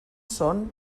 són